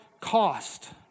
cost